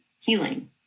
healing